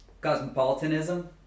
cosmopolitanism